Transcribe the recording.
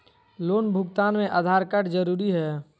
Loan भुगतान में Aadhaar card जरूरी है?